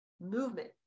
movement